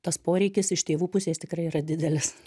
tas poreikis iš tėvų pusės tikrai yra didelis